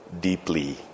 deeply